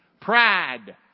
Pride